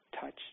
Touch